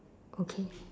okay